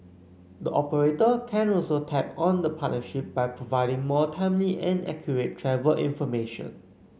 the operator can also tap on the partnership by providing more timely and accurate travel information